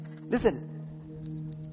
listen